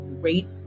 Great